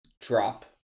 drop